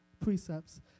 precepts